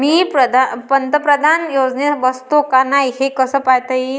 मी पंतप्रधान योजनेत बसतो का नाय, हे कस पायता येईन?